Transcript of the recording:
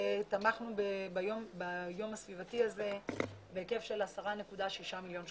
תמכנו ביום הסביבתי הזה בהיקף של 10.6 מיליון שקלים.